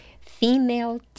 Female